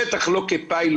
בטח לא כפיילוט.